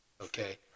okay